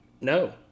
No